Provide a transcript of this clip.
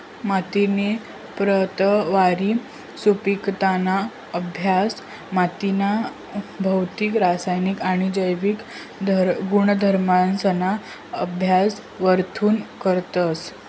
मातीनी प्रतवारी, सुपिकताना अभ्यास मातीना भौतिक, रासायनिक आणि जैविक गुणधर्मसना अभ्यास वरथून करतस